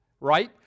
right